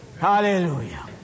Hallelujah